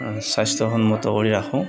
আমি স্বাস্থ্যসন্মত কৰি ৰাখোঁ